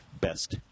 best